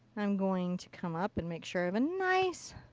i'm going to come up and make sure i have a nice